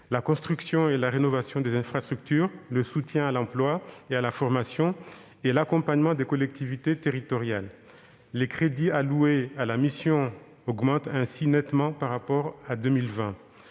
la construction et la rénovation des infrastructures ; le soutien à l'emploi et à la formation ; l'accompagnement des collectivités territoriales. Les crédits alloués à la mission augmentent ainsi nettement par rapport à 2020